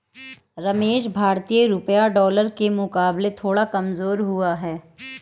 रमेश भारतीय रुपया डॉलर के मुकाबले थोड़ा कमजोर हुआ है